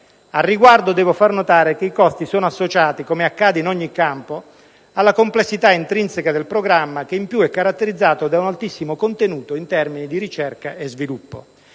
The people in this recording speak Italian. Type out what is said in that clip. Al riguardo, devo fare notare che i costi sono associati, come accade in ogni campo, alla complessità intrinseca del programma che in più è caratterizzato da un altissimo contenuto in termini di ricerca e sviluppo.